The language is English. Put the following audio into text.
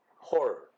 horror